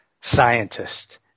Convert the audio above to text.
scientist